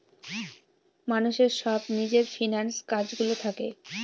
মানুষের সব নিজের ফিন্যান্স কাজ গুলো থাকে